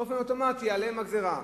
באופן אוטומטי עליהן הגזירה.